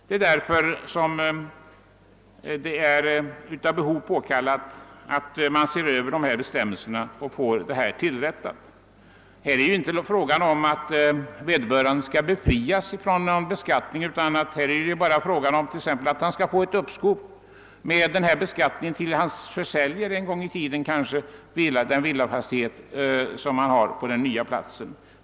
Det är alltså av behovet påkallat att bestämmelserna ses över och olägenheterna blir undanröjda. Här är det ju inte fråga om att någon skall befrias från beskattning utan det gäller ett uppskov med beskattningen tills vederbörande en gång kanske säljer villafastigheten på den nya platsen.